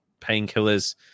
painkillers